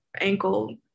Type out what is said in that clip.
ankle